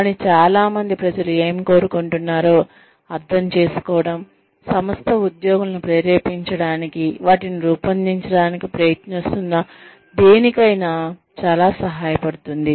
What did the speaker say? కానీ చాలా మంది ప్రజలు ఏమి కోరుకుంటున్నారో అర్థం చేసుకోవడం సంస్థ ఉద్యోగులను ప్రేరేపించడానికి వాటిని రూపొందించడానికి ప్రయత్నిస్తున్న దేనికైనా చాలా సహాయపడుతుంది